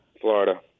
Florida